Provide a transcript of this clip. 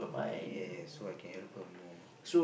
yes so I can help her more